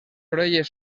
orelles